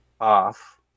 off